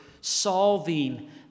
solving